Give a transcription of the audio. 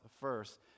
first